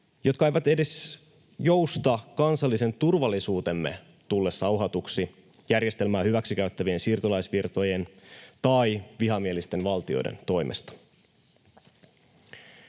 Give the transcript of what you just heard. jotka eivät edes jousta kansallisen turvallisuutemme tullessa uhatuksi järjestelmää hyväksikäyttävien siirtolaisvirtojen tai vihamielisten valtioiden toimesta.